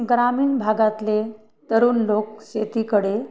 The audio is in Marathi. ग्रामीण भागातले तरुण लोक शेतीकडे